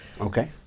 Okay